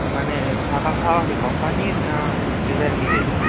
মানে থাকা খাওয়া কি কোম্পানির না যে যার নিজেদের